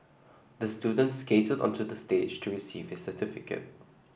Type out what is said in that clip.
the student skated onto the stage to receive his certificate